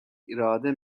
irade